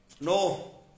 no